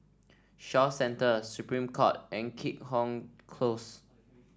Shaw Centre Supreme Court and Keat Hong Close